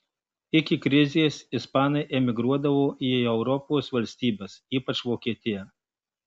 iki krizės ispanai emigruodavo į europos valstybes ypač vokietiją